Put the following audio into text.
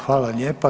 Hvala lijepa.